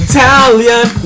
Italian